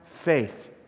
faith